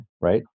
right